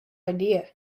idea